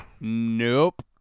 Nope